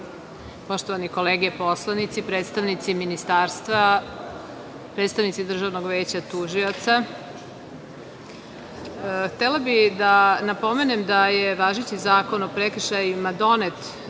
poštovane kolege poslanici, predstavnici Ministarstva, predstavnici Državnog veća tužilaca, htela bih da napomenem da je važeći Zakon o prekršajima donet